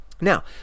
Now